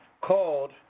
called